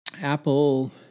Apple